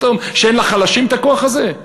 שאין לחלשים הכוח הזה?